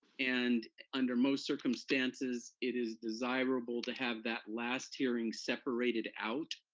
and under most circumstances it is desirable to have that last hearing separated out.